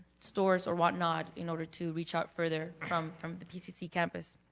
stores or whatnot in order to reach out further from from the pcc campus.